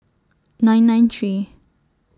nine nine three